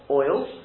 oils